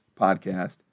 podcast